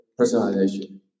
personalization